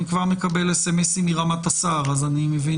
אני כבר מקבל סמסים מרמת השר ואני מבין